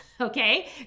okay